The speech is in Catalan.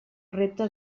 repte